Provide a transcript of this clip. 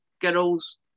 girls